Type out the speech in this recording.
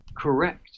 Correct